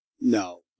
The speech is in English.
No